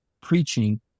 preaching